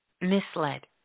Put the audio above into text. misled